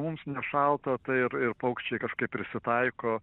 mums nešalta tai ir ir paukščiai kažkaip prisitaiko